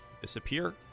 disappear